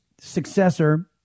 successor